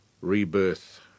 rebirth